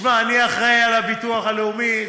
שמע, אני אחראי לביטוח הלאומי.